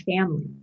family